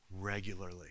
regularly